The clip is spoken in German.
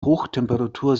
hochtemperatur